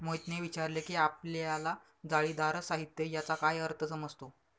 मोहितने विचारले की आपल्याला जाळीदार साहित्य याचा काय अर्थ समजतो?